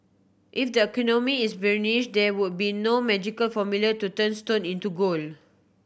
if the economy is bearish then there would be no magical formula to turn stone into gold